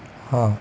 હ